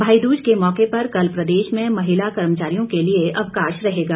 भाई दूज के मौके पर कल प्रदेश में महिला कर्मचारियों के लिए अवकाश रहेगा